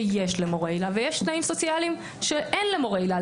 שיש למורה היל"ה ויש תנאים סוציאליים שאין למורה היל"ה,